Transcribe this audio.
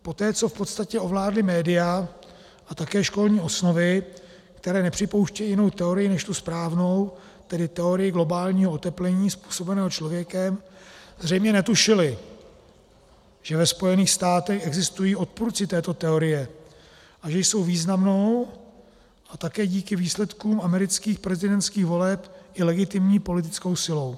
Poté co v podstatě ovládli média a také školní osnovy, které nepřipouštějí jinou teorii než tu správnou, tedy teorii globálního oteplení způsobeného člověkem, zřejmě netušili, že ve Spojených státech existují odpůrci této teorie a jsou významnou a také díky výsledkům amerických prezidentských voleb i legitimní politickou silou.